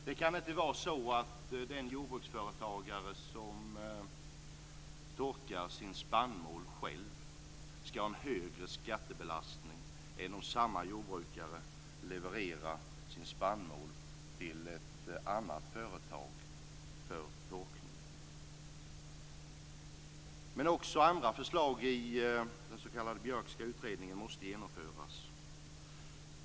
Det kan inte vara så att den jordbruksföretagare som torkar sin spannmål själv skall ha en högre skattebelastning än om samma jordbrukare levererar sin spannmål till ett annat företag för torkning. Men också andra förslag i den Björkska utredningen måste genomföras.